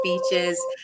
speeches